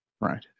Right